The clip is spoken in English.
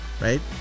right